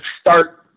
start